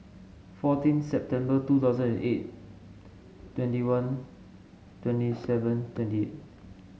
fourteen September two thousand and eight twenty one twenty seven twenty eight